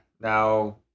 now